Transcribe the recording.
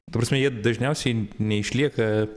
ta prasme jie dažniausiai neišlieka